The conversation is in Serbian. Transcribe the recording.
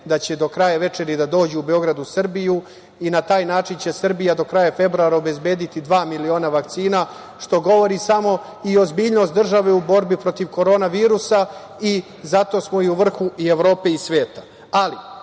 da će do kraja večeri da dođu u Beograd, u Srbiju. Na taj način će Srbija do kraja februara obezbediti dva miliona vakcina što govori samo i ozbiljnost države u borbi protiv korona virusa i zato smo u vrhu i Evrope i sveta. Ali,